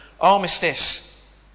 armistice